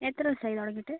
എത്ര ദിവസമായി തുടങ്ങിയിട്ട്